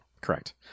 Correct